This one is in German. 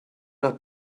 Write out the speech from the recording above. nach